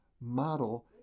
model